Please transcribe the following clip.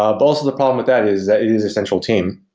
ah but also the problem with that is that it is a central team,